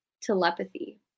Telepathy